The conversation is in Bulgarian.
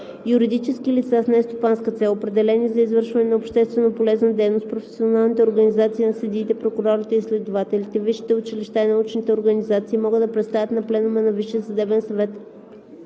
Юридически лица с нестопанска цел, определени за извършване на общественополезна дейност, професионалните организации на съдиите, прокурорите и следователите, висши училища и научни организации могат да представят на пленума на